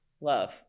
love